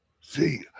See